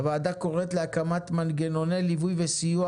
הוועדה קוראת להקמת מנגנוני ליווי וסיוע